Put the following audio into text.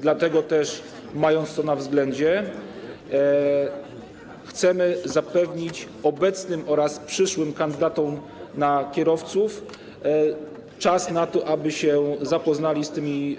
Dlatego też, mając to na względzie, chcemy zapewnić obecnym oraz przyszłym kandydatom na kierowców czas na to, aby się zapoznali z tymi